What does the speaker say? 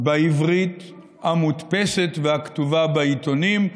בעברית המודפסת והכתובה בעיתונים.